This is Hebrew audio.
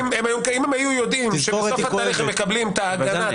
היו יודעים שבסוף התהליך הם מקבלים את ההגנה,